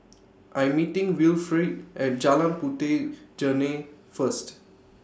I'm meeting Wilfrid At Jalan Puteh Jerneh First